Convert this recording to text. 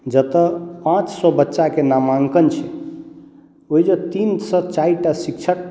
जतय पाँच सए बच्चा के नामांकन छै ओतय जे ती सॅं चारि टा शिक्षक